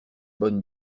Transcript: bonne